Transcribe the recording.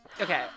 Okay